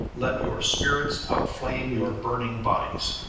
let your spirits outflame your burning bodies.